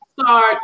start